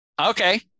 okay